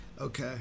Okay